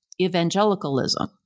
evangelicalism